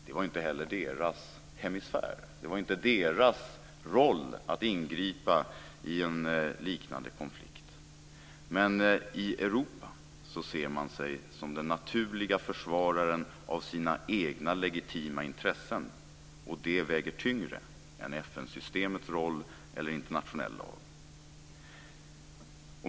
Det var inte heller dess hemisfär, inte dess roll att ingripa i en liknande konflikt, men i Europa ser man sig som den naturliga försvararen av sina egna legitima intressen, och det väger tyngre än FN-systemets roll eller internationell lag.